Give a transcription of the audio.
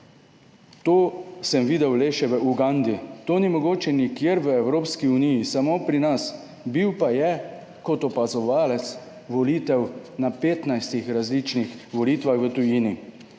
To sem videl le še v Ugandi, to ni mogoče nikjer v Evropski uniji, samo pri nas. Bil pa je kot opazovalec volitev na 15 različnih volitvah v tujini.